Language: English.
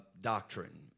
doctrine